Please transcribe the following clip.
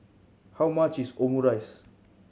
how much is Omurice